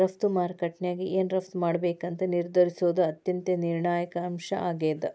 ರಫ್ತು ಮಾರುಕಟ್ಯಾಗ ಏನ್ ರಫ್ತ್ ಮಾಡ್ಬೇಕಂತ ನಿರ್ಧರಿಸೋದ್ ಅತ್ಯಂತ ನಿರ್ಣಾಯಕ ಅಂಶ ಆಗೇದ